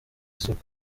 isoko